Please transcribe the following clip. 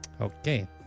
Okay